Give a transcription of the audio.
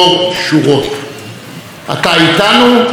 אתה איתנו או נגדנו,